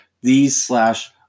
these/slash